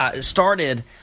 started